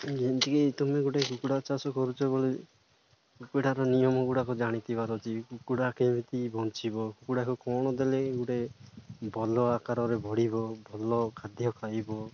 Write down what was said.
ଯେମିତିକି ତୁମେ ଗୋଟେ କୁକୁଡ଼ା ଚାଷ କରୁଛି ବ କୁକୁଡ଼ାର ନିୟମ ଗୁଡ଼ାକ ଜାଣିପାରୁଛି କୁକୁଡ଼ା କେମିତି ବଞ୍ଚିବ କୁକୁଡ଼ାକୁ କ'ଣ ଦେଲେ ଗୋଟେ ଭଲ ଆକାରରେ ବଢ଼ିବ ଭଲ ଖାଦ୍ୟ ଖାଇବ